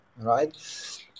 right